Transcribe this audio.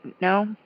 No